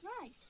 right